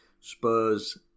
Spurs